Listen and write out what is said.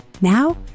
Now